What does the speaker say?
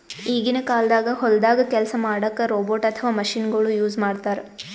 ಈಗಿನ ಕಾಲ್ದಾಗ ಹೊಲ್ದಾಗ ಕೆಲ್ಸ್ ಮಾಡಕ್ಕ್ ರೋಬೋಟ್ ಅಥವಾ ಮಷಿನಗೊಳು ಯೂಸ್ ಮಾಡ್ತಾರ್